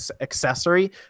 accessory